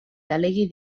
delegui